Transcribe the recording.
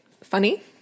funny